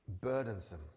burdensome